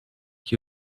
que